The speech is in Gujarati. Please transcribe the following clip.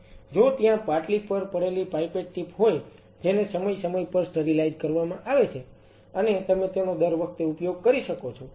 જો ત્યાં પાટલી પર પડેલી પાઇપેટ ટીપ હોય જેને સમય સમય પર સ્ટરીલાઈઝ કરવામાં આવે છે અને તમે તેનો દર વખતે ઉપયોગ કરી શકો છો